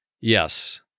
Yes